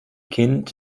kind